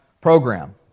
program